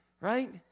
right